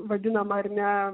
vadinamą ar ne